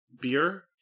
beer